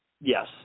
yes